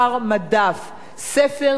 ספר זה לא "קוטג'".